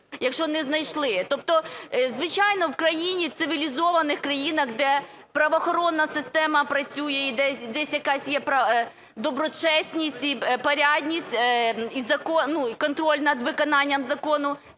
якщо не знайшли. Тобто, звичайно, в країні, в цивілізованих країнах, де правоохоронна система працює і десь якась є доброчесність, порядність і контроль над виконанням закону,